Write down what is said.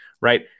Right